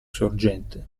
sorgente